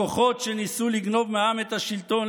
הכוחות שניסו לגנוב מהעם את השלטון,